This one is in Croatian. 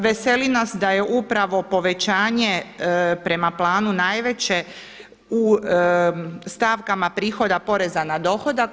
Veseli nas da je upravo povećanje prema planu najveće u stavkama prihoda poreza na dohodak.